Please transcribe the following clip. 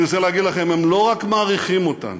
אני רוצה לומר לכם: הם לא רק מעריכים אותנו,